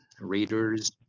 readers